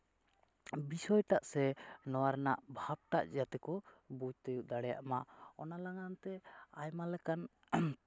ᱵᱤᱥᱚᱭᱴᱟᱜ ᱥᱮ ᱱᱚᱣᱟ ᱨᱮᱱᱟᱜ ᱵᱷᱟᱵᱽᱴᱟᱜ ᱡᱟᱛᱮ ᱠᱚ ᱵᱩᱡᱽ ᱛᱤᱭᱳᱜ ᱫᱟᱲᱮᱭᱟᱜ ᱢᱟ ᱚᱱᱟ ᱞᱟᱜᱟᱱᱛᱮ ᱟᱭᱢᱟ ᱞᱮᱠᱟᱱ